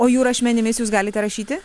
o jų rašmenimis jūs galite rašyti